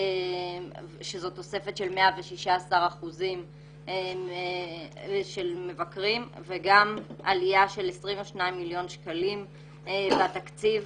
תוספת של 116 אחוזים של מבקרים וגם עלייה של 22 מיליון שקלים בתקציב.